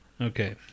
Okay